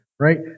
Right